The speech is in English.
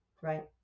right